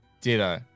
ditto